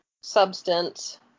substance